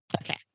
okay